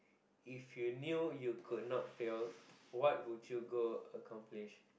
if you knew you could not fail what would you go accomplish